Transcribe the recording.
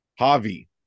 Javi